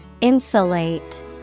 Insulate